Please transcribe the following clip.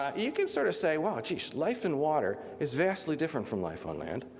um you can sort of say wow geesh, life in water is vastly different from life on land.